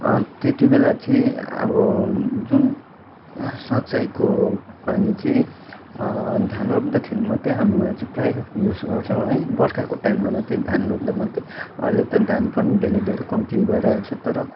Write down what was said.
त्यति बेला चाहिँ अब जुन सिँचाईको पानी चाहिँ धान रोप्दाखेरि मात्रै हाम्रोमा चाहिँ प्रायः युज गर्छौँ है बर्खाको टाइममा मात्रै धान रोप्दा मात्रै अहिले त धान धेरै धेरै कम्ती भइरहेछ तर